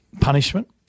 punishment